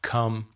Come